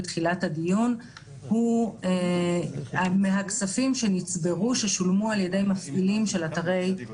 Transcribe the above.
על הכספים שנצברים מגביית היטל